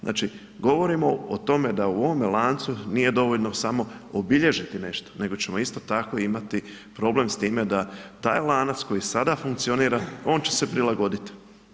Znači, govorimo o tome da u ovome lancu nije dovoljno samo obilježiti nešto nego ćemo, isto tako imati problem s time da taj lanac koji sada funkcionira, on će se prilagoditi.